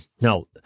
Now